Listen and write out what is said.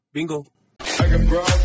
Bingo